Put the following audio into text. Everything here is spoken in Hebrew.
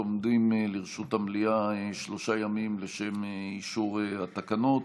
עומדים לרשות המליאה שלושה ימים לשם אישור התקנות.